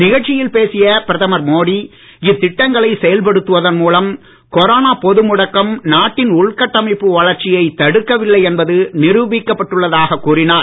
நிகழ்ச்சியில் பேசிய பிரதமர் மோடி இத்திட்டங்களை செயல்படுத்தவதன் மூலம் கொரோனா பொது முடக்கம் நாட்டின் உள்கட்டமைப்பு வளர்ச்சியை தடுக்கவில்லை என்பது நிருபிக்கப்பட்டுள்ளதாக கூறினார்